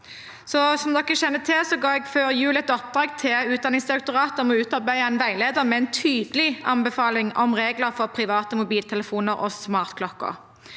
Som dere kjenner til, ga jeg før jul Utdanningsdirektoratet i oppdrag å utarbeide en veileder med en tydelig anbefaling om regler for private mobiltelefoner og smartklokker.